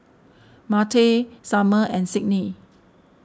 Martell Sumner and Sydney